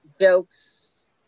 jokes